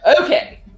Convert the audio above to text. Okay